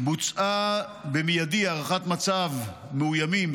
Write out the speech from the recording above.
בוצעה במיידי הערכת מצב מאוימים,